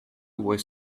was